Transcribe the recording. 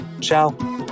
Ciao